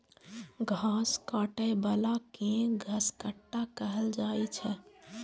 घास काटै बला कें घसकट्टा कहल जाइ छै